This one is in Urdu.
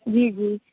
جی جی